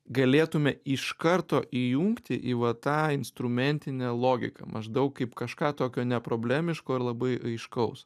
galėtume iš karto įjungti į va tą instrumentinę logiką maždaug kaip kažką tokio neproblemiško ir labai aiškaus